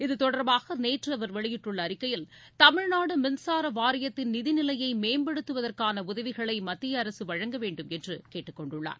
இதுதொடர்பாக நேற்று அவர் வெளியிட்டுள்ள அறிக்கையில் தமிழ்நாடு மின்சார வாரியத்தின் நிதி நிலையை மேம்படுத்துவதற்கான உதவிகளை மத்திய அரசு வழங்கவேண்டும் என்று கேட்டுக்கொண்டுள்ளார்